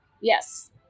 Yes